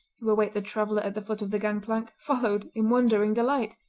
who await the traveller at the foot of the gang-plank, followed in wondering delight.